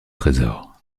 trésor